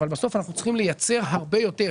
אבל בסוף אנחנו צריכים לייצר הרבה יותר.